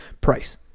price